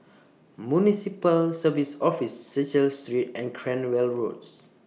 Municipal Services Office Cecil Street and Cranwell Roads